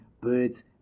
birds